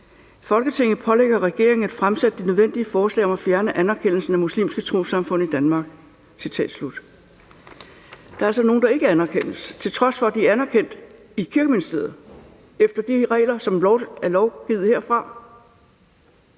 »Folketinget pålægger regeringen at fremsætte de nødvendige forslag om at fjerne anerkendelsen af muslimske trossamfund i Danmark.« Der er altså nogle, der ikke anerkendes, til trods for at de er anerkendt i Kirkeministeriet efter de regler, som er lovgivet herfra.